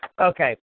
Okay